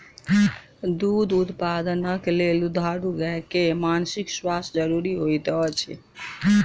दूध उत्पादनक लेल दुधारू गाय के मानसिक स्वास्थ्य ज़रूरी होइत अछि